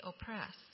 oppressed